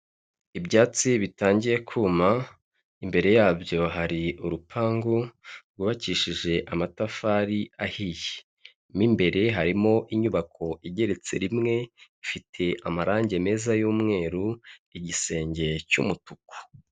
Ibyatsi bitangiye kuma, imbere yabyo hari urupangu rwubakishije amatafari ahiye, mu imbere harimo inyubako igeretse rimwe ifite amarange meza y'umweru, igisenge cy'umutuku.